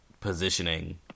positioning